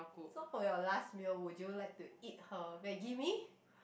so for your last meal would you like to eat her Maggi mee